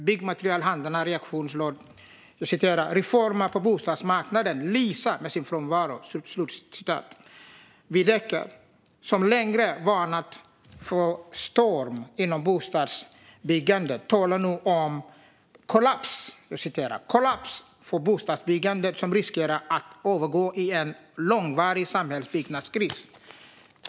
Byggmaterialhandelns reaktion löd: "Reformer på bostadsmarknaden lyser med sin frånvaro." Veidekke, som länge har varnat för storm inom bostadsbyggandet, talar nu om kollaps: "Kollaps för bostadsbyggandet riskerar att övergå i en långvarig samhällsbyggnadskris."